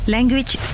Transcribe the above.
Language